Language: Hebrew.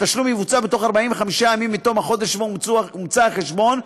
התשלום יבוצע בתוך 45 ימים מתום החודש שבו הומצא החשבון,